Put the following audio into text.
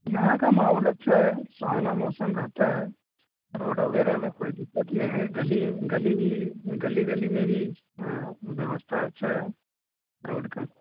यहाँ का माहौल अच्छा है सुहाना मौसम रहता है रोड वग़ैरह में कोई दिक्कत नहीं है गली गली भी गली गली में भी व्यवस्था अच्छी है रोड की